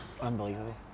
Unbelievable